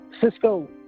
Cisco